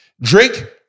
Drake